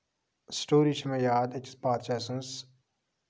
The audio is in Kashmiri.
سِٹوری چھِ مےٚ یاد أکِس بادشاہ سٕنٛز